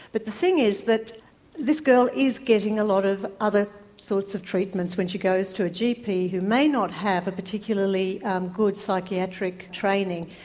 but the thing is that this girl is getting a lot of other sorts of treatments when she goes to a gp who may not have a particularly good psychiatric training.